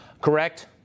correct